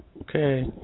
Okay